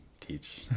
teach